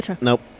Nope